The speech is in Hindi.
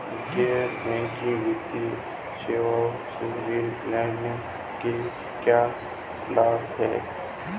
गैर बैंकिंग वित्तीय सेवाओं से ऋण लेने के क्या लाभ हैं?